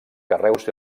carreus